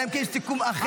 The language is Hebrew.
אלא אם כן יש סיכום אחר.